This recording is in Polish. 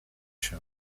się